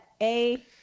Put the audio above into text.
-A